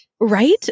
Right